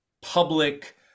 public